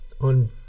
on